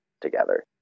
together